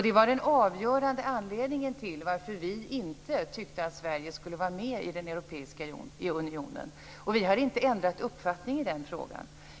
Det var den avgörande anledningen till att vi inte tyckte att Sverige skulle vara med i den europeiska unionen. Vi har inte ändrat uppfattning i den frågan.